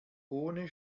ohne